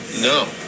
No